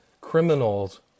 criminals